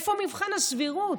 איפה מבחן הסבירות?